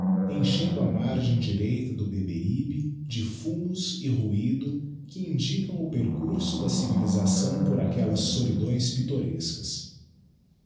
enchendo a digiti zedby google margem direita do beberibe de fumos e ruido que indicara o percurso da civilisação por aquellas solidões pittorescas